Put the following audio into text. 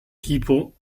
tipo